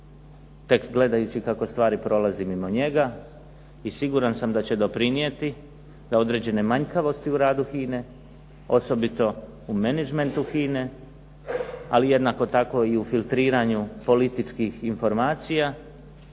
tek gledajući kako stvari prolaze mimo njega i siguran sam da će doprinijeti da određene manjkavosti u radu HINA-e osobito u menadžmentu HINA-e ali jednako tako i u filtriranju političkih informacija